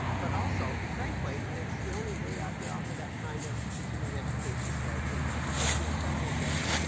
but also, frankly, it's the only way i could offer that kind of continuing education to our people. so it's an incredible gift,